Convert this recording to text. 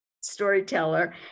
storyteller